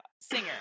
singer